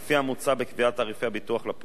בקביעת תעריפי הביטוח ל"פול" על-ידי הרשות,